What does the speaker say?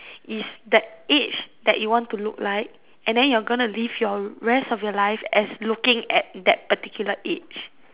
is that age that you want to look like and then you're going to live your rest of your life as looking at that particular age